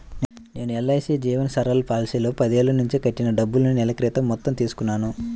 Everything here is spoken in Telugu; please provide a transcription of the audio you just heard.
నేను ఎల్.ఐ.సీ జీవన్ సరల్ పాలసీలో పదేళ్ళ నుంచి కట్టిన డబ్బుల్ని నెల క్రితం మొత్తం తీసుకున్నాను